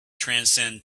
transcend